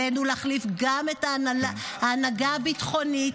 עלינו להחליף גם את ההנהגה הביטחונית,